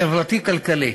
חברתי-כלכלי.